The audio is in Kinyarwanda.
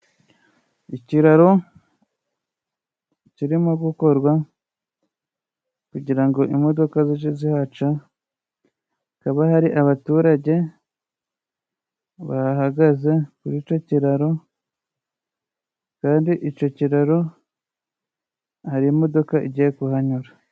Ikiraro kirimo gukorwa kugira ngo imodoka zije zihaca, hakaba hari abaturage bahahagaze kurico kiraro, kandi ico kiraro hari imodoka igiye kuhanyura.